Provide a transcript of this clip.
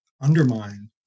undermine